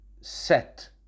set